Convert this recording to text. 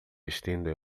vestindo